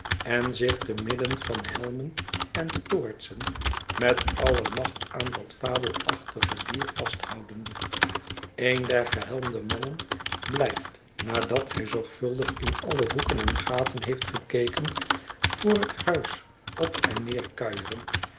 en zich te midden van helmen en toortsen met alle macht aan dat fabelachtige dier vasthoudende een der gehelmde mannen blijft nadat hij zorgvuldig in alle hoeken en gaten heeft gekeken voor het huis op en neer kuieren